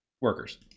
workers